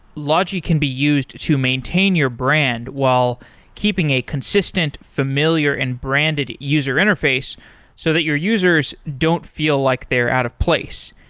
logi can be used to maintain your brand while keeping a consistent familiar and branded user interface so that your users don't feel like they're out of place.